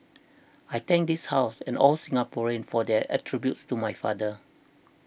I thank this House and all Singaporeans for their tributes to my father